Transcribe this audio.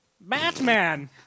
Batman